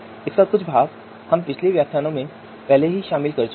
इसका कुछ भाग हम पिछले व्याख्यानों में पहले ही शामिल कर चुके हैं